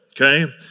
okay